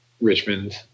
Richmond